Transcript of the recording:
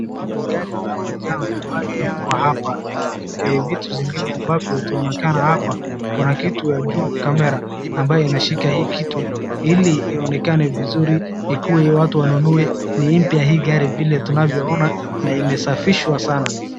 Naona gari ya manjano ambayo imewekwa hapa. Vitu zingine ambavyo zinaonekana hapa kuna kitu ya juu kamera ambayo inashika hii kitu ili ionekane vizuri ikiwa watu wanunue ni mpya hii gari vile tunavyoona na imesafishwa sana.